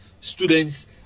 students